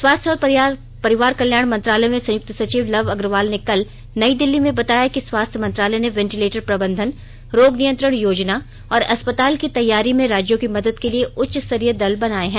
स्वास्थ्य और परिवार कल्याण मंत्रालय में संयुक्त सचिव लव अग्रवाल ने कल नई दिल्ली में बताया कि स्वास्थ्य मंत्रालय ने वेंटिलेटर प्रबंधन रोग नियंत्रण योजना और अस्पताल की तैयारी में राज्यों की मदद के लिये उच्चस्तरीय दल बनाए हैं